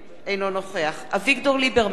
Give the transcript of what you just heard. אינו נוכח אביגדור ליברמן,